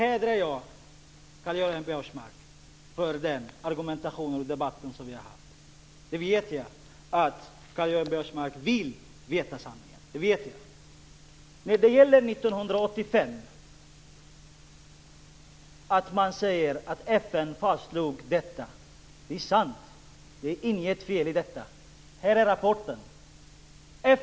Fru talman! Den argumentation och den debatt som vi har haft hedrar Karl-Göran Biörsmark. Jag vet att Karl-Göran Biörsmark vill veta sanningen. Det är sant att FN fastslog detta 1985. Det är inget fel. Här är rapporten.